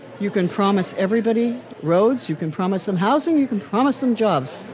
you can promise everybody roads. you can promise them housing. you can promise them jobs.